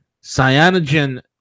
Cyanogen